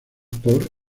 por